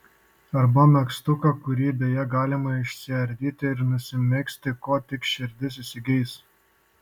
arba megztuką kurį beje galima išsiardyti ir nusimegzti ko tik širdis įsigeis